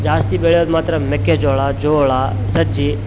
ಜಾಸ್ತಿ ಬೆಳೆಯೋದು ಮಾತ್ರ ಮೆಕ್ಕೆಜೋಳ ಜೋಳ ಸಜ್ಜೆ